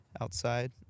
Outside